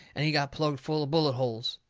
and he got plugged full of bullet holes.